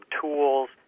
tools